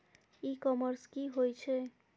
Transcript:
ई commerce की होय छेय?